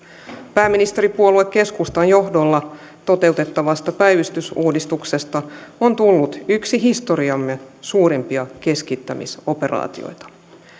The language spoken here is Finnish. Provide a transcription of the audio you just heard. pääministeripuolue keskustan johdolla toteuttettavasta päivystysuudistuksesta on tullut yksi historiamme suurimpia keskittämisoperaatioita